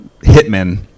hitmen